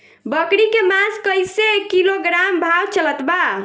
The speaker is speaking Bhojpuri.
बकरी के मांस कईसे किलोग्राम भाव चलत बा?